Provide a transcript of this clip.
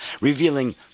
revealing